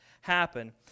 happen